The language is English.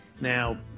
now